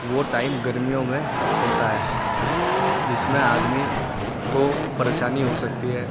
وہ ٹائم گرمیوں میں ہوتا ہے جس میں آدمی کو پریشانی ہو سکتی ہے